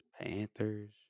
Panthers